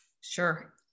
Sure